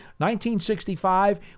1965